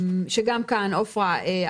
גם כאן עפרה,